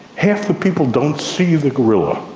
half the people don't see the gorilla,